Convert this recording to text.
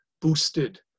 boosted